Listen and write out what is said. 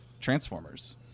Transformers